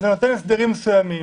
זה נותן הסברים מסוימים,